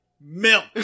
milk